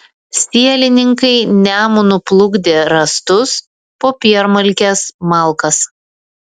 sielininkai nemunu plukdė rąstus popiermalkes malkas